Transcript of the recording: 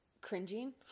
cringing